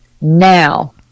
Now